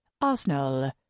Arsenal